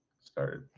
started